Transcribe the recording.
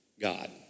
God